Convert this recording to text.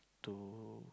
to